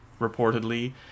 reportedly